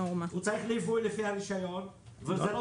הוא צריך ליווי לפי הרישיון וזה לא